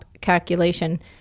calculation